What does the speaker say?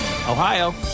Ohio